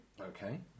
Okay